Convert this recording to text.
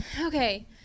Okay